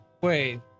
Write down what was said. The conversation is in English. Wait